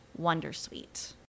Wondersuite